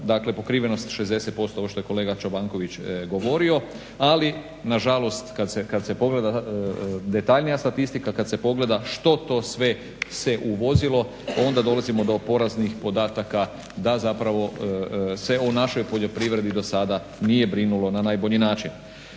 Dakle, pokrivenost 60% ovo što je kolega Čobanković govorio, ali nažalost kad se pogleda detaljnija statistika, kad se pogleda što to sve se uvozilo onda dolazimo do poraznih podataka da zapravo se o našoj poljoprivredi dosada nije brinulo na najbolji način.